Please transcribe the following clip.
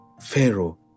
Pharaoh